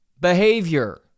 behavior